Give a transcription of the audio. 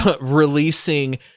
releasing